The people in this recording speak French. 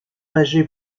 âgé